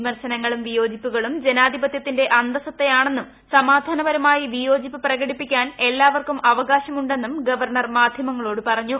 വിമർശനങ്ങളും വിയോജിപ്പുകളും ജനാധിപത്യത്തിന്റെ അന്തസത്തയാണെന്നും സമാധാനപരമായി വിയോജിപ്പ് പ്രകടിപ്പിക്കാൻ എല്ലാവർക്കും അവകാശമുണ്ടെന്നും ഗവർണർ മാധ്യമങ്ങളോട് പറഞ്ഞു